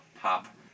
Pop